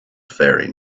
faring